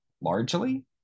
largely